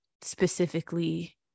specifically